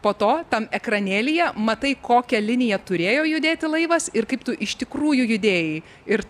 po to tam ekranėlyje matai kokia linija turėjo judėti laivas ir kaip tu iš tikrųjų judėjai ir